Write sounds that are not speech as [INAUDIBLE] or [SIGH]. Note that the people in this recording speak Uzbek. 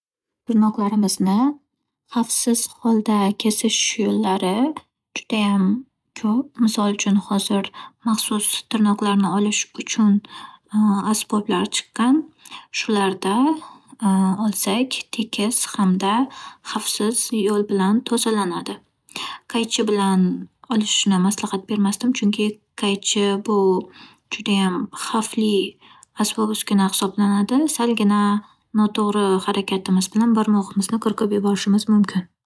Demak, kichkina kesilgan joyni qanday qilib tozalashga keladigan bo'lsak, dastlab uni spirt bilan yaxshilab artib olishimiz kerak bo'ladi, bu uni infeksiya tushishidan saqlaydi [HESITATION] Undan keyin esa kichkina bint bilan bog'lab qo'ysak, tezda kesilgan joyimiz o'z holiga qaytib, teri-teriga yopishib ketadi.